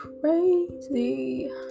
crazy